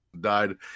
died